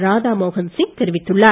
ராதா மோகன் சிங் தெரிவித்துள்ளார்